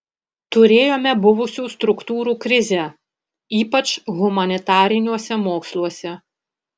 turėjome buvusių struktūrų krizę ypač humanitariniuose moksluose